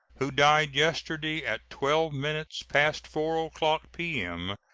who died yesterday at twelve minutes past four o'clock p m,